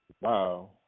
Wow